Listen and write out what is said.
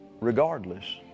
regardless